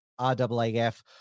RAAF